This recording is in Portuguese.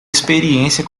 experiência